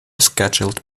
scheduled